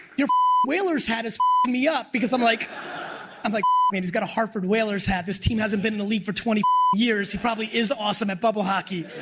you're whalers hat is me up, because i'm like man, like i mean he's got a hartford whalers hat. this team has and been in the league for twenty years, he probably is awesome at bubble hockey.